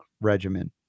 regimen